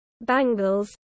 bangles